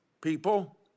people